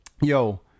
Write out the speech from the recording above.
yo